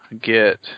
get